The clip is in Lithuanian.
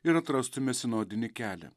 ir atrastume sinodinį kelią